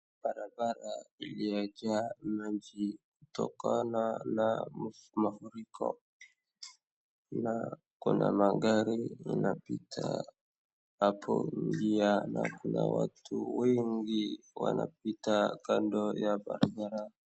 Barabara iliyojaa maji kutokana na mafuriko na kuna magari inapita hapo njia na kuna watu wengi wanapita kando ya barabara.